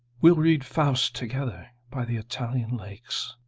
we'll read faust together. by the italian lakes.